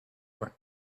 for